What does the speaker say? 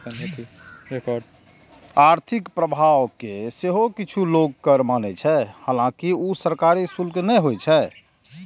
आर्थिक प्रभाव कें सेहो किछु लोक कर माने छै, हालांकि ऊ सरकारी शुल्क नै होइ छै